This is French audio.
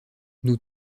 nous